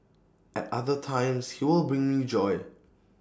at other times he will bring me joy